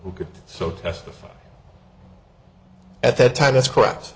could so testify at that time that's correct